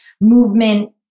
movement